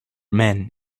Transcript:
men